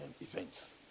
events